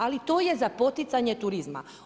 Ali, to je za poticanje turizma.